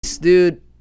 dude